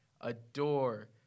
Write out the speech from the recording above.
adore